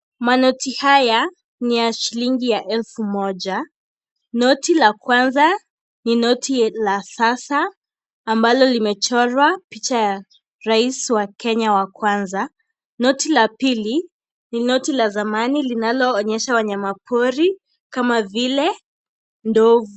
Manoti haya ni ya shilingi elfu moja. Noti la kwanza ni noti la sasa ambalo limechorwa picha ya Rais wa Kenya wa kwanza. Noti la pili ni noti la zamani linaloonyesha wanyama pori kama vile Ndovu.